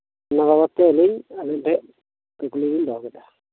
ᱚᱱᱟ ᱵᱟᱵᱚᱛ ᱛᱮ ᱟᱹᱞᱤᱧ ᱟᱵᱮᱱᱴᱷᱮᱡ ᱠᱩᱠᱞᱤᱞᱤᱧ ᱫᱚᱦᱚᱠᱮᱫᱟ